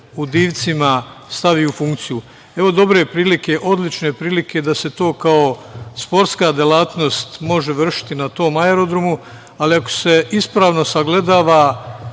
u Divcima stavi u funkciju. Evo odlične prilike da se to kao sportska delatnost može vršiti na tom aerodromu, ali ako se ispravno sagledava